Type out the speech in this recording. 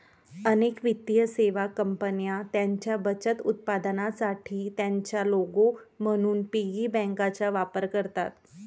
अनेक वित्तीय सेवा कंपन्या त्यांच्या बचत उत्पादनांसाठी त्यांचा लोगो म्हणून पिगी बँकांचा वापर करतात